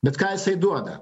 bet ką jisai duoda